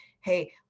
hey